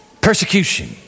Persecution